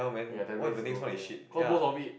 oh ya that means good occasion cause most of it